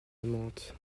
amante